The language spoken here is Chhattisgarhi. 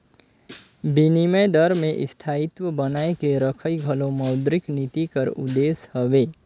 बिनिमय दर में स्थायित्व बनाए के रखई घलो मौद्रिक नीति कर उद्देस हवे